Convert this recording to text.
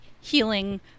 healing